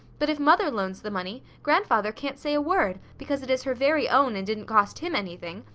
but if mother loans the money, grandfather can't say a word, because it is her very own, and didn't cost him anything,